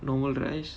normal rice